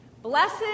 Blessed